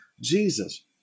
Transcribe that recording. Jesus